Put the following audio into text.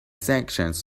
sanctions